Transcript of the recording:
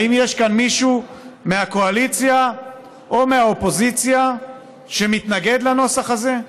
האם יש כאן מישהו מהקואליציה או מהאופוזיציה שמתנגד לנוסח הזה?